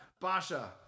Basha